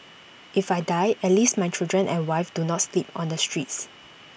if I die at least my children and wife do not sleep on the streets